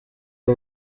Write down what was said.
w’u